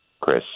Chris